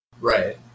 Right